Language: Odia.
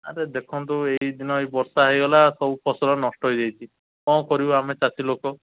ଆରେ ଦେଖନ୍ତୁ ଏଇ ଦିନ ଏଇ ବର୍ଷା ହେଇଗଲା ସବୁ ଫସଲ ନଷ୍ଟ ହେଇଯାଇଛି କ'ଣ କରିବୁ ଆମେ ଚାଷୀ ଲୋକ